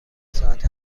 ساعت